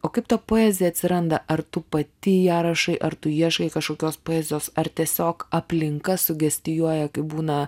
o kaip ta poezija atsiranda ar tu pati ją rašai ar tu ieškai kažkokios poezijos ar tiesiog aplinka sugestijuoja kai būna